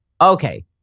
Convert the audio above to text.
Okay